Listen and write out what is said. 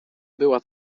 była